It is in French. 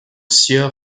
sieur